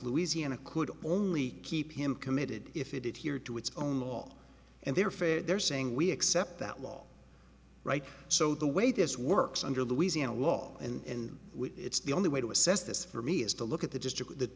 louisiana could only keep him committed if it did here to its own law and they're fair they're saying we accept that law right so the way this works under louisiana law and it's the only way to assess this for me is to look at the district th